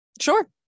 Sure